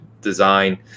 design